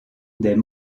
des